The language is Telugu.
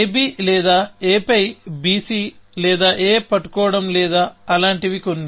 AB లేదా A పై BC లేదా A పట్టుకోవడం లేదా అలాంటి వికొన్ని